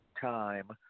time